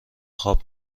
خواب